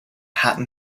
hatton